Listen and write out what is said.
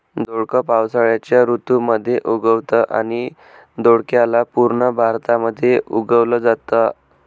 दोडक पावसाळ्याच्या ऋतू मध्ये उगवतं आणि दोडक्याला पूर्ण भारतामध्ये उगवल जाता